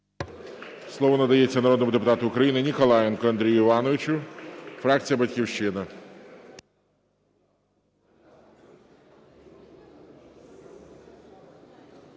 Слово надається народному депутату України Ніколаєнку Андрію Івановичу, фракція "Батьківщина".